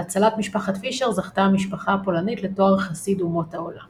על הצלת משפחת פישר זכתה המשפחה הפולנית לתואר חסיד אומות העולם,